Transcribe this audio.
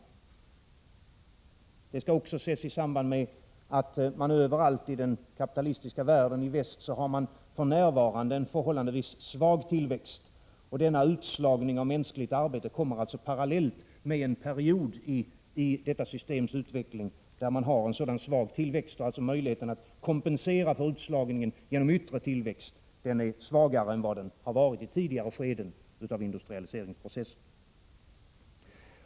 Detta skall också ses i samband med att man överallt i den kapitalistiska världen i väst för närvarande har en förhållandevis svag tillväxt. Denna utslagning av mänskligt arbete kommer parallellt med en period i detta systems utveckling, där man har en sådan svag tillväxt och möjlighet att kompensera för utslagningen genom yttre tillväxt. Den är svagare än den har varit i tidigare skeden av industrialiseringsprocessen.